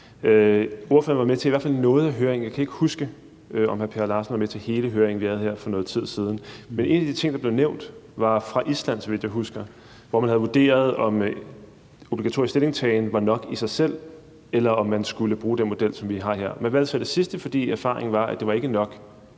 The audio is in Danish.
Ordføreren var med til i hvert fald noget af høringen – jeg kan ikke huske, om hr. Per Larsen var med til hele høringen – vi havde her for noget tid siden, men en af de ting, der blev nævnt, var fra Island, så vidt jeg husker, hvor man havde vurderet, om obligatorisk stillingtagen var nok i sig selv, eller om man skulle bruge den model, som vi har her. Man valgte så det sidste, fordi erfaringen var, at det ikke var